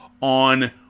on